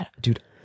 Dude